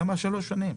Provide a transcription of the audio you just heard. למה שלוש שנים?